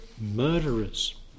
murderers